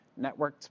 networked